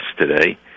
today